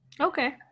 Okay